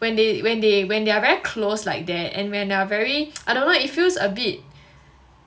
when they when they when they are very close like that and they are very I don't know it feels a bit